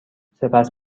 سپس